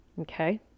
okay